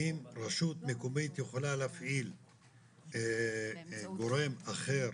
האם רשות מקומית יכולה להפעיל גורם אחר